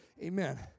Amen